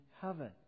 heaven